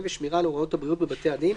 ושמירה על הוראות הבריאות בבתי הדין,